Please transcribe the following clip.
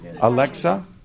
Alexa